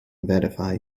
verify